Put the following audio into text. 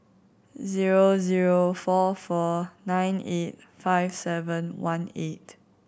zero zero four four nine eight five seven one eight